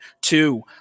Two